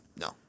No